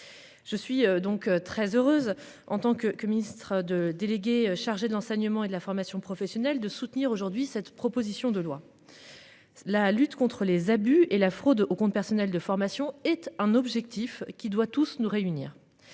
Je suis donc très heureuse en tant que que Ministre de délégué chargée de l'enseignement et de la formation professionnelle de soutenir aujourd'hui cette proposition de loi. La lutte contre les abus et la fraude au compte personnel de formation et un objectif qui doit tous nous réunir.